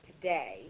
today